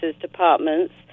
departments